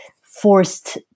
forced